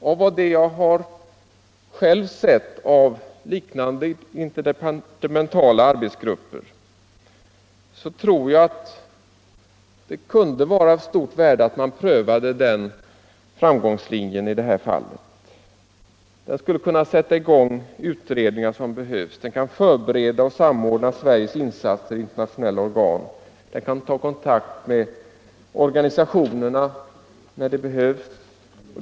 Men vad jag har sett av liknande interdepartementala arbetsgrupper får mig att anse att vi bör pröva den framgångslinjen. Gruppen kunde sätta i gång behövliga utredningar, förbereda och samordna Sveriges insatser i internationella organ, ta kontakt med organisationerna när det behövs.